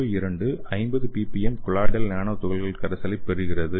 குழு 2 50 ppm colloidal nano துகள்கள் கரைசலைப் பெறுகிறது